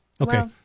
Okay